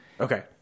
Okay